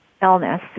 Illness